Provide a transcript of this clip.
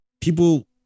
people